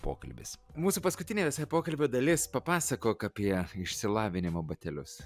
pokalbis mūsų paskutinė visai pokalbio dalis papasakok apie išsilavinimo batelius